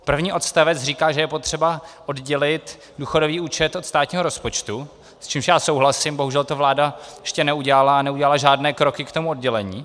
První odstavec říká, že je potřeba oddělit důchodový účet od státního rozpočtu, s čímž já souhlasím, bohužel to vláda ještě neudělala a neudělala žádné kroky k tomu oddělení.